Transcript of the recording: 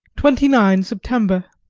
twenty nine september,